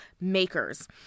makers